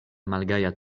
malgaja